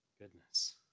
Goodness